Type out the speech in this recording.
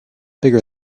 bigger